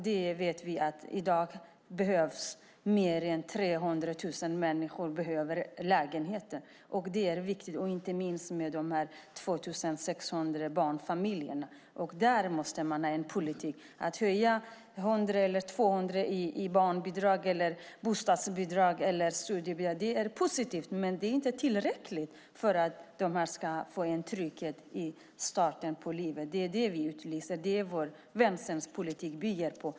Vi vet att i dag behöver mer än 300 000 människor lägenheter. Det är viktigt inte minst för de 2 600 barnfamiljerna. Där måste man ha en politik. Att höja barnbidraget, bostadsbidraget eller studiebidraget med 100 eller 200 kronor är positivt. Men det är inte tillräckligt för att människor ska få en trygghet i starten på livet. Det är vad Vänsterns politik bygger på.